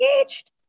engaged